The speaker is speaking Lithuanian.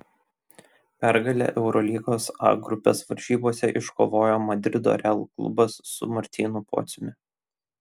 pergalę eurolygos a grupės varžybose iškovojo madrido real klubas su martynu pociumi